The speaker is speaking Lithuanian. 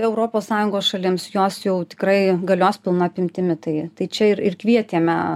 europos sąjungos šalims jos jau tikrai galios pilna apimtimi tai tai čia ir ir kvietėme